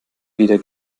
weder